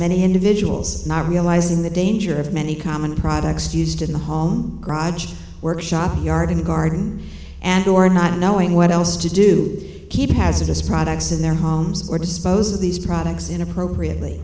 many individuals not realizing the danger of many common products used in the home garage workshop yard and garden and door and not knowing what else to do keep hazardous products in their homes or dispose of these products in appropriately